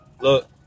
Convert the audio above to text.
Look